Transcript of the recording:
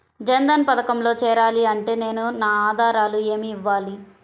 జన్ధన్ పథకంలో చేరాలి అంటే నేను నా ఆధారాలు ఏమి ఇవ్వాలి?